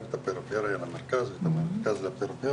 את הפריפריה למרכז ואת המרכז לפריפריה,